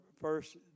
first